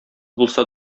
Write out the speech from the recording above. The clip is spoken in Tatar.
булса